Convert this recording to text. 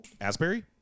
Asbury